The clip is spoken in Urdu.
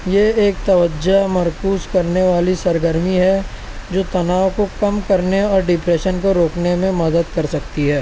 یہ ایک توجہ مرکوز کرنے والی سرگرمی ہے جو تناؤ کو کم کرنے اور ڈپریشن کو روکنے میں مدد کر سکتی ہے